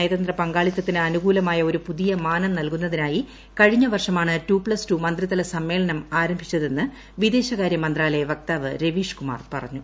നയതന്ത്ര പങ്കാളിത്തത്തിന് അനുകൂലമായ ഒരു പുതിയ മാനം നൽകുന്നതിനായി കഴിഞ്ഞൂ വർഷമാണ് ടു പ്തസ് ടു മന്ത്രിതല സമ്മേളനം ആരംഭിച്ചതെന്ന്പ്പ് വിദേശകാരൃ മന്ത്രാലയ വക്താവ് രവീഷ് കുമാർ പറഞ്ഞു